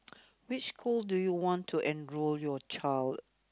which school do you want to enroll your child